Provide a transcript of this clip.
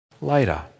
later